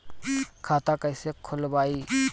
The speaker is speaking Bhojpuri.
खाता कईसे खोलबाइ?